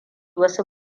wasu